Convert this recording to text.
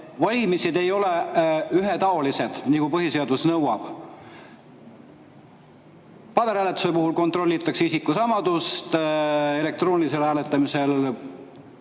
valimised ei ole ühetaolised, nagu põhiseadus nõuab. Paberhääletusel kontrollitakse isikusamasust, elektroonilisel hääletamisel